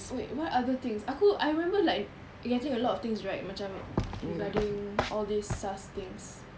wait what other things aku I remember like getting a lot of things right macam regarding all these sus things